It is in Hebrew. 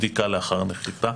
בדיקה לאחר הנחיתה.